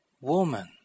Woman